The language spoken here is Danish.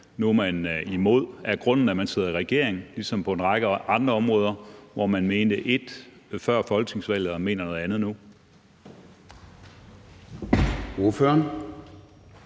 nu er man imod. Er grunden, at man sidder i regering, ligesom det er på en række andre områder, hvor man mente et før folketingsvalget og mener noget andet nu? Kl.